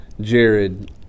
Jared